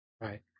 Right